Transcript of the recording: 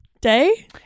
Day